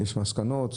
יש מסקנות,